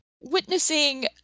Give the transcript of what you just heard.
witnessing